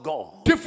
God